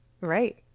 Right